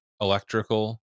electrical